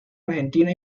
argentina